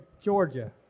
Georgia